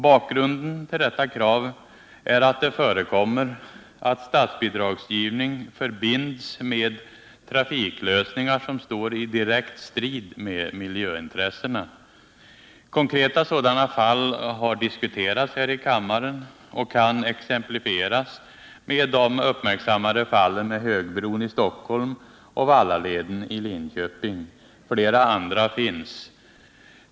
Bakgrunden till detta krav är att det förekommer att statsbidragsgivning förbinds med trafiklösningar som står i direkt strid med miljöintressena. Konkreta sådana fall har diskuterats här i kammaren och kan exemplifieras med de uppmärksammade fallen med högbron i Stockholm och Vallaleden i Linköping. Flera andra exempel finns.